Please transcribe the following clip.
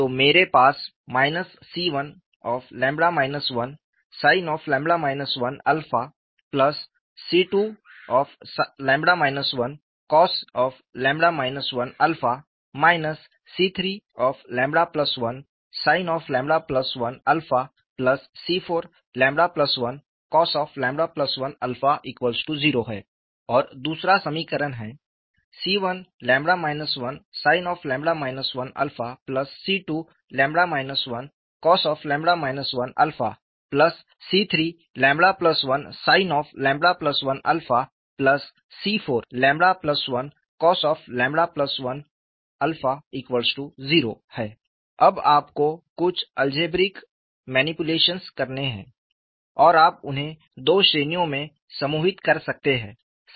तो मेरे पास C1 1sin 1C2 1cos 1 C31sin1C41 cos10 और दूसरा समीकरण है C1 1sin 1C2 1cos 1C31sin1C41 cos10 अब आपको कुछ अलजेब्रिक मणिपुलेशंस करने हैं और आप उन्हें दो श्रेणियों में समूहित कर सकते हैं